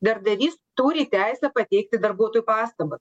darbdavys turi teisę pateikti darbuotojui pastabas